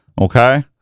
Okay